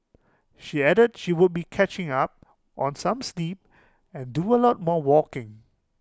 she added she would be catching up on some sleep and do A lot more walking